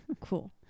Cool